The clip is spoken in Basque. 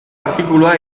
artikulua